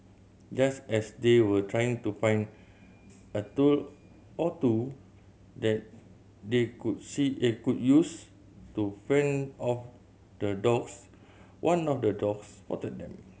just as they were trying to find a tool or two that they could see they could use to fend off the dogs one of the dogs spotted them